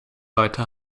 heute